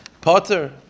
Potter